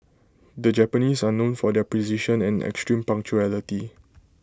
the Japanese are known for their precision and extreme punctuality